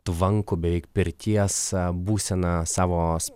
tvankų bei pirties būseną savos